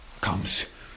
comes